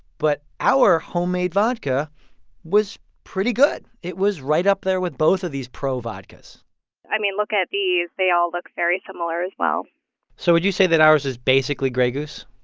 but our homemade vodka was pretty good. it was right up there with both of these pro vodkas i mean, looking at these, they all look very similar as well so would you say that ours is basically grey goose?